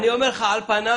אני אומר לך שעל פניו